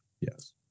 Yes